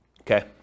Okay